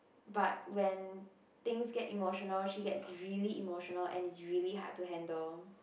but when things get emotional she gets really emotional and it's really hard to handle